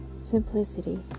simplicity